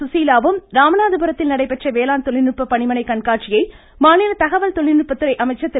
சுசீலாவும் ராமநாதபுரத்தில் நடைபெற்ற வேளாண் தொழில்நுட்ப பணிமனை கண்காட்சியை மாநில தகவல் தொழில்நுட்பத்துறை அமைச்சர் திரு